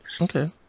Okay